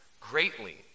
greatly